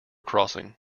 crossing